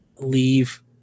leave